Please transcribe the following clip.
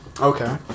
Okay